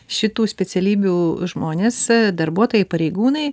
šitų specialybių žmonės darbuotojai pareigūnai